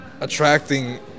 attracting